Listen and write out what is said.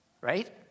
right